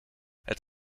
het